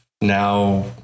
now